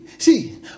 See